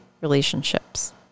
relationships